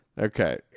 Okay